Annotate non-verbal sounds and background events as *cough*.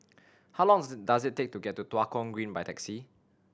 how long *unintelligible* does it take to get to Tua Kong Green by taxi